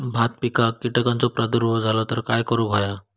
भात पिकांक कीटकांचो प्रादुर्भाव झालो तर काय करूक होया?